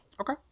Okay